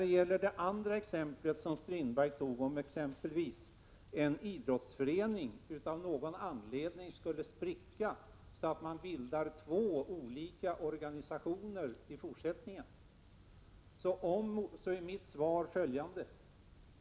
Beträffande det andra exempel som Strindberg tog upp, som gällde det fallet att t.ex. en idrottsförening skulle spricka och två olika organisationer bildas i fortsättningen, är mitt svar följande.